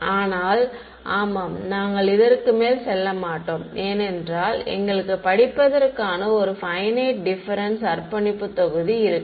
ஆனால் ஆமாம் நாங்கள் இதற்கு மேல் செல்ல மாட்டோம் ஏனென்றால் எங்களுக்கு படிப்பதற்கான ஒரு பையனைட் டிப்பெரன்ஸ் அர்ப்பணிப்பு தொகுதி இருக்கும்